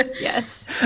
Yes